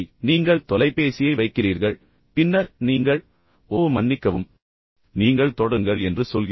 நீங்கள் தொலைபேசியை வைக்கிறீர்கள் பின்னர் நீங்கள் ஓ மன்னிக்கவும் நீங்கள் தொடருங்கள் என்று சொல்கிறீர்கள்